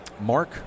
Mark